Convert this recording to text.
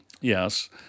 Yes